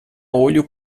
olho